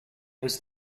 was